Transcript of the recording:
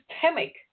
systemic